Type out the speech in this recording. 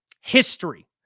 history